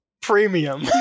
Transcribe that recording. Premium